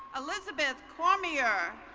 elizabeth cormier.